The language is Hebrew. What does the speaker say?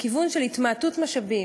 לכיוון של התמעטות משאבים,